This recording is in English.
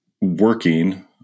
working